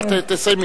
בבקשה, תסיימי.